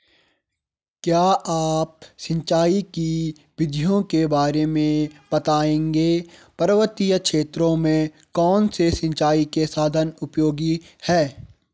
क्या आप सिंचाई की विधियों के बारे में बताएंगे पर्वतीय क्षेत्रों में कौन से सिंचाई के साधन उपयोगी हैं?